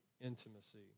intimacy